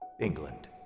England